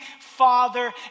father